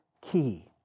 key